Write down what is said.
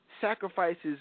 sacrifices